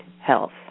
health